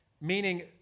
meaning